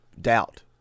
doubt